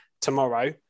tomorrow